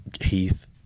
Heath